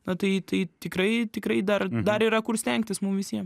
na tai tai tikrai tikrai dar dar yra kur stengtis mum visiem